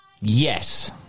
Yes